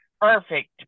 perfect